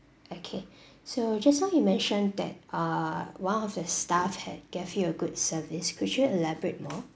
okay so just now you mentioned that uh one of the staff had gave you a good service could you elaborate more